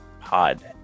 pod